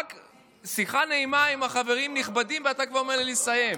שיחה נעימה עם החברים הנכבדים ואתה כבר אומר לי לסיים.